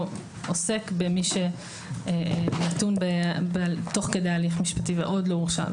עוסק במי שנתון תוך כדי הליך משפטי ועוד לא הורשע.